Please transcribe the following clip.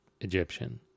Egyptian